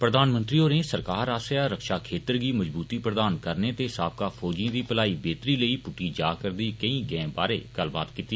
प्रधानमंत्री होरें सरकार आस्सैआ रक्षा खेत्तर गी मजबूती प्रधान करने ते साबका फौजिएं दी मलाई बेहतरी लेई पुटटी जा रदी केई गैंह बारै गल्लबात कीती